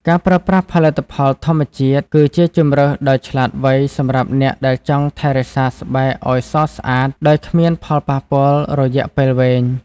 ការប្រើប្រាស់ផលិតផលធម្មជាតិគឺជាជម្រើសដ៏ឆ្លាតវៃសម្រាប់អ្នកដែលចង់ថែរក្សាស្បែកឲ្យសស្អាតដោយគ្មានផលប៉ះពាល់រយៈពេលវែង។